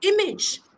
image